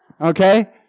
Okay